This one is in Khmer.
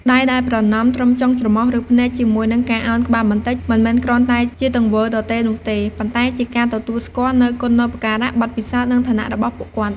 ដៃដែលប្រណម្យត្រឹមចុងច្រមុះ ឬភ្នែក ជាមួយនឹងការអោនក្បាលបន្តិច មិនមែនគ្រាន់តែជាទង្វើទទេនោះទេ ប៉ុន្តែជាការទទួលស្គាល់នូវគុណូបការៈ បទពិសោធន៍ និងឋានៈរបស់ពួកគាត់។